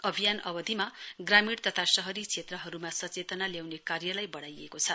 अभियान अवधिमा ग्रामीण तथा शहरी क्षेत्रहरुमा सचेतना ल्याउने कार्यलाई वढाइएको छ